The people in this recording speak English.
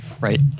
right